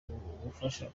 ubufasha